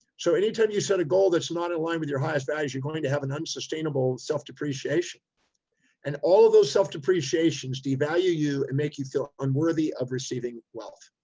so anytime you set a goal, that's not aligned with your highest values, you're going to have an unsustainable self depreciation and all of those self depreciations de-value you and make you feel unworthy of receiving wealth.